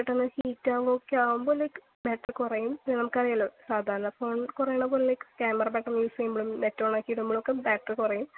പെട്ടെന്ന് ഹീറ്റ് ആവുവോ ഒക്കെ ആവുമ്പോൾ ലൈക്ക് ബാറ്ററി കുറയും നമുക്കറിയാമല്ലോ സാധാരണ ഫോണിൽ കുറയുന്നത് പോലെ ലൈക്ക് ക്യാമറ പെട്ടെന്ന് യൂസ് ചെയ്യുമ്പോഴും നെറ്റ് ഓൺ ആക്കി ഇടുമ്പോളൊക്കെ ബാറ്ററി കുറയും